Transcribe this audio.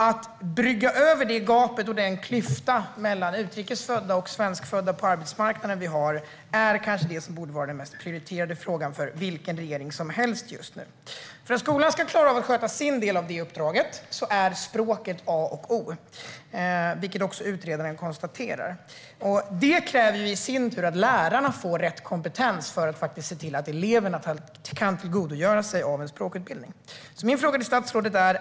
Att brygga över den klyfta vi har på arbetsmarknaden mellan utrikes födda och svenskfödda borde vara den mest prioriterade frågan för vilken regering som helst just nu. För att skolan ska klara av att sköta sin del av det uppdraget är språket A och O, vilket också utredaren konstaterar. Det innebär i sin tur att det krävs att lärarna får rätt kompetens för att se till att eleverna kan tillgodogöra sig en språkutbildning.